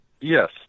yes